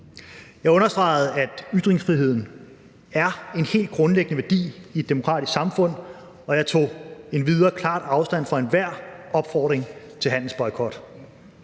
Jeg understregede, at ytringsfriheden er en helt grundlæggende værdi i et demokratisk samfund, og jeg tog endvidere klart afstand fra enhver opfordring til handelsboykot.